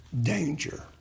danger